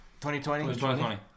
2020